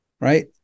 right